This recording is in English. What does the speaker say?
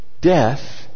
Death